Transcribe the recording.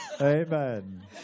Amen